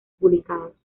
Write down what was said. publicados